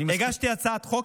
הגשתי הצעת חוק,